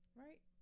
right